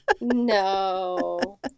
No